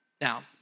Now